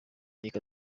reka